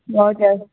हजुर